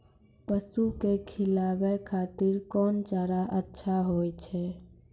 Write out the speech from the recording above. पसु के खिलाबै खातिर कोन चारा अच्छा होय छै?